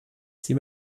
sie